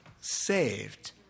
saved